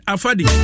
Afadi